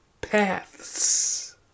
paths